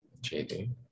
JD